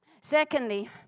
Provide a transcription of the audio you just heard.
Secondly